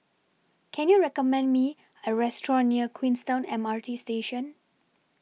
Can YOU recommend Me A Restaurant near Queenstown M R T Station